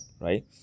right